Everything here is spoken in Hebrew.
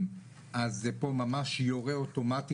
זה מאוד --- אני אשמח להוסיף את זה בתקנות,